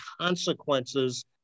consequences